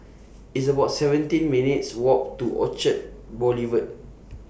It's about seventeen minutes' Walk to Orchard Boulevard